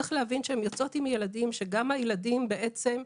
צריך להבין שהן יוצאות מהבית עם ילדים ושם הילדים האלה בעצם,